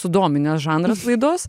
sudominęs žanras laidos